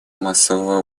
массового